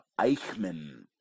Eichmann